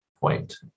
point